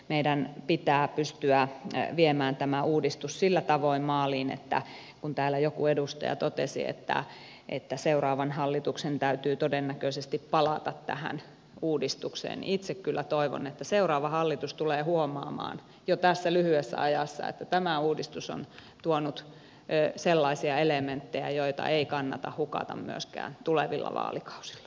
meidän pitää pystyä viemään tämä uudistus sillä tavoin maaliin että kun täällä joku edustaja totesi että seuraavan hallituksen täytyy todennäköisesti palata tähän uudistukseen niin itse kyllä toivon että seuraava hallitus tulee huomaamaan jo tässä lyhyessä ajassa että tämä uudistus on tuonut sellaisia elementtejä joita ei kannata hukata myöskään tulevilla vaalikausilla